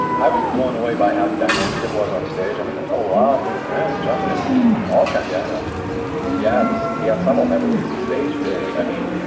i was blown away by how dynamic it was onstage. i mean, there's a lot of moving around and jumping and and all kinds of stuff yeah, the the ensemble never leaves the stage really. i mean,